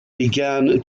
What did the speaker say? began